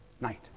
night